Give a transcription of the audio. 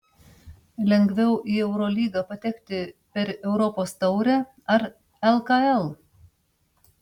lengviau į eurolygą patekti per europos taurę ar lkl